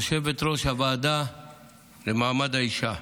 יושבת-ראש הוועדה לקידום מעמד האישה.